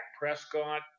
Prescott –